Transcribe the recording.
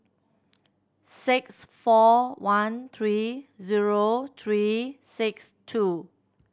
six four one three zero three six two